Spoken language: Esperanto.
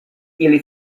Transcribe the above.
ili